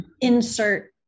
insert